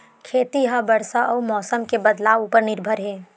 खेती हा बरसा अउ मौसम के बदलाव उपर निर्भर हे